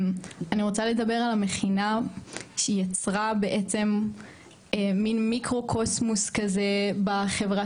אני רוצה לדבר על המכינה שיצרה בעצם מין מיקרוקוסמוס כזה בחברה